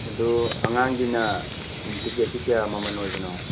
ꯑꯗꯨ ꯑꯉꯥꯡꯒꯤꯅ ꯇꯤꯛꯀꯦꯠꯁꯤ ꯀꯌꯥ ꯃꯃꯜ ꯑꯣꯏꯕꯅꯣ